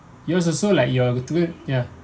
yours also like you are ya